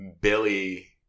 billy